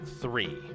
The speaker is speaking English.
three